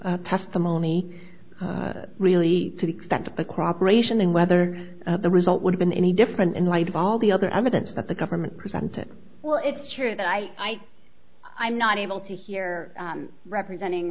testimony really to the extent of the crop aeration and whether the result would have been any different in light of all the other evidence that the government presented well it's true that i i'm not able to here representing